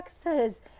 says